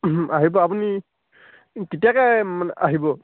আহিব আপুনি কেতিয়াকৈ মানে আহিব